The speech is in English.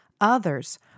Others